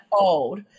old